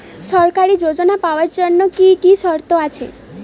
সরকারী যোজনা পাওয়ার জন্য কি কি শর্ত আছে?